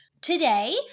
Today